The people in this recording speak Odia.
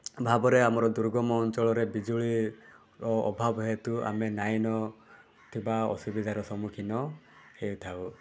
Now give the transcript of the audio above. ଭାବରେ ଆମର ଦୁର୍ଗମ ଅଞ୍ଚଳରେ ବିଜୁଳି ଅଭାବ ହେତୁ ଆମେ ନାହିଁ ନ ଥିବା ଅସୁବିଧାର ସମ୍ମୁଖୀନ ହେଇଥାଉ